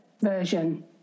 version